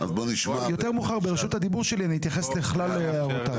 יותר מאוחר ברשות הדיבור שלי אני אתייחס לכלל ההערות.